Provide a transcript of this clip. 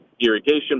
irrigation